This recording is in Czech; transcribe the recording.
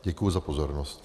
Děkuji za pozornost.